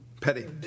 Petty